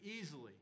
easily